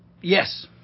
Yes